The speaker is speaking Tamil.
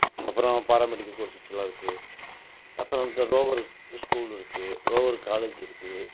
அப்புறோம் பாராமெடிக்கல் கோர்ஸ்ஸெஸ்லாம் இருக்குது அப்புறோம் அந்த ரோவர் ஸ்கூலிருக்கு ரோவர் காலேஜ்ஜூ இருக்குது